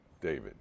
David